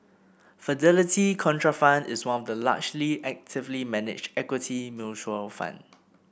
Fidelity Contrafund is one of the largely actively managed equity mutual fund